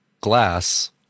glass